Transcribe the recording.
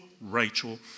Rachel